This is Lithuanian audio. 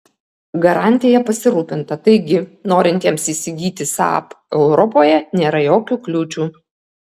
garantija pasirūpinta taigi norintiems įsigyti saab europoje nėra jokių kliūčių